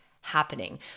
happening